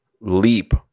leap